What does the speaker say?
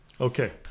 Okay